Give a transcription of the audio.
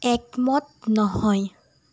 একমত নহয়